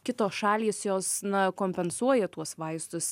kitos šalys jos na kompensuoja tuos vaistus